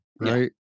Right